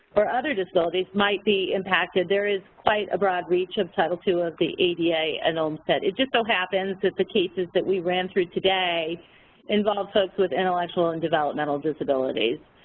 or other disabilities might be impacted. there is quite a broad reach of title two of the ada and olmstead. it just so happens that the cases that we ran through today involved folks with intellectual and developmental disabilities,